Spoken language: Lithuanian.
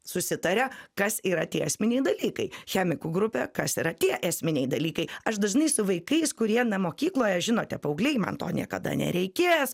susitaria kas yra tie esminiai dalykai chemikų grupė kas yra tie esminiai dalykai aš dažnai su vaikais kurie mokykloje žinote paaugliai man to niekada nereikės